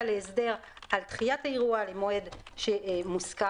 להסדר על דחיית האירוע למועד מוסכם,